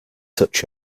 such